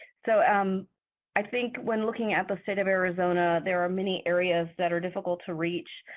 so um i think when looking at the state of arizona there are many areas that are difficult to reach.